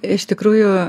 iš tikrųjų